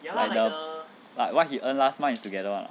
like what he earned last month together [one] ah